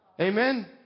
Amen